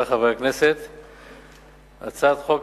תודה רבה,